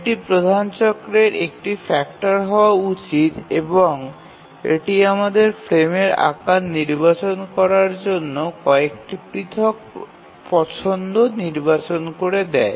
এটি প্রধান চক্রের একটি ফ্যাক্টর হওয়া উচিত এবং এটি আমাদের ফ্রেমের আকার নির্বাচন করার জন্য কয়েকটি পৃথক পছন্দ নির্বাচন করে দেয়